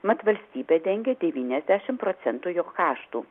mat valstybė dengia devyniasdešim procentų jo kaštų